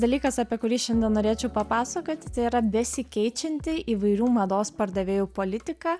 dalykas apie kurį šiandien norėčiau papasakoti tai yra besikeičianti įvairių mados pardavėjų politika